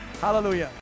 Hallelujah